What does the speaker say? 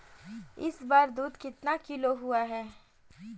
इस बार दूध कितना किलो हुआ है?